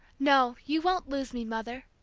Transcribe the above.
no, you won't lose me, mother,